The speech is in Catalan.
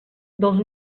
dels